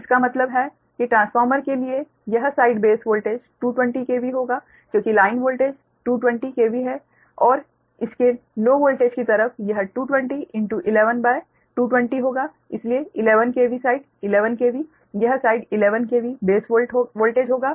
इसका मतलब है कि ट्रांसफार्मर के लिए यह साइड बेस वोल्टेज 220 KV होगा क्योंकि लाइन वोल्टेज 220 KV है और इसके लो वोल्टेज की तरफ यह 22011220 होगा इसलिए 11 KV साइड 11 KV यह साइड 11 KV बेस वोल्टेज होगा